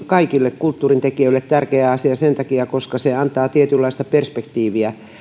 kaikille kulttuurin tekijöille tärkeä asia sen takia että se antaa tietynlaista perspektiiviä